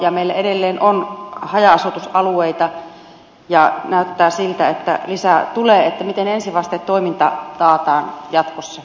kun meillä on edelleen haja asutusalueita ja näyttää siltä että lisää tulee niin miten ensivastetoiminta taataan jatkossa